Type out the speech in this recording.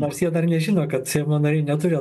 nors jie dar nežino kad seimo nariai neturi